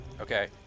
Okay